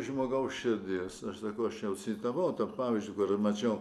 žmogaus širdies aš sakau aš jau citavau pavyzdžiu kurį mačiau